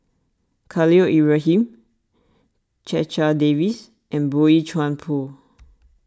Khalil Ibrahim Checha Davies and Boey Chuan Poh